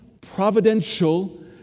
providential